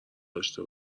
داشته